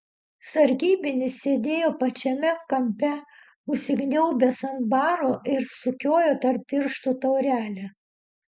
sargybinis sėdėjo pačiame kampe užsikniaubęs ant baro ir sukiojo tarp pirštų taurelę